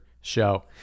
Show